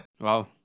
Wow